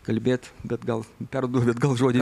kalbėt bet gal perduodu atgal žodį